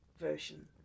version